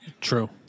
True